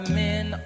men